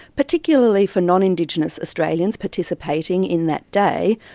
particularly for non-indigenous australians participating in that day,